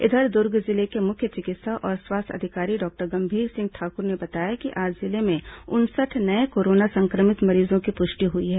इधर दुर्ग जिले के मुख्य चिकित्सा और स्वास्थ्य अधिकारी डॉक्टर गंभीर सिंह ठाकुर ने बताया कि आज जिले में उनसठ नये कोरोना संक्रमित मरीजों की पुष्टि हुई है